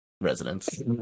residents